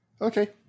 Okay